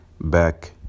back